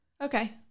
Okay